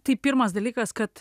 tai pirmas dalykas kad